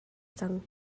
cang